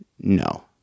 no